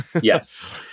Yes